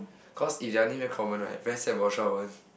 because if their name very common right very sad for sure one